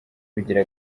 bigira